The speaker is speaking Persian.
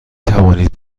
توانید